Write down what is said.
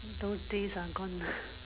those days are gone ah